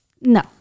no